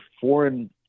foreign